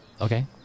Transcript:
okay